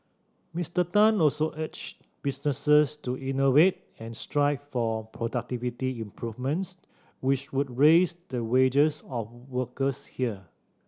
Mister Tan also urged businesses to innovate and strive for productivity improvements which would raise the wages of workers here